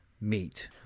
meet